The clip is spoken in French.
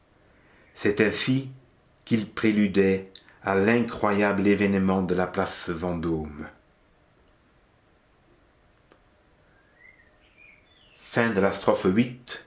c'est ainsi qu'il préludait à l'incroyable événement de la place vendôme